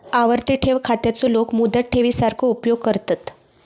आवर्ती ठेव खात्याचो लोक मुदत ठेवी सारखो उपयोग करतत